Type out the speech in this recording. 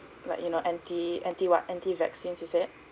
like you know anti anti what anti vaccines you said